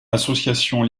associations